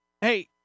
Hey